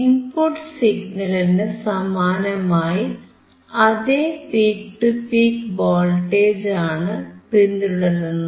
input സിഗ്നലിനു സമാനമായി അതേ പീക് ടു പീക് വോൾട്ടേജാണ് പിന്തുടരുന്നത്